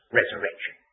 resurrection